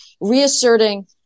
reasserting